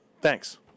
Thanks